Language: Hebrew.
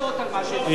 יכול להיות,